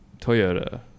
toyota